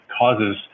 causes